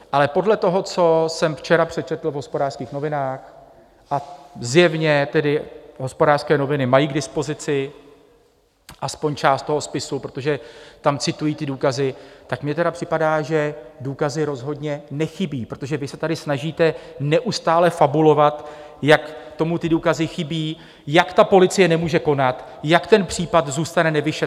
Ale podle toho, co jsem včera přečetl v Hospodářských novinách, a zjevně tedy Hospodářské noviny mají k dispozici aspoň část toho spisu, protože tam citují ty důkazy, tak mně tedy připadá, že důkazy rozhodně nechybí, protože vy se tady snažíte neustále fabulovat, jak k tomu důkazy chybí, jak policie nemůže konat, jak ten případ zůstane nevyšetřen.